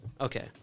Okay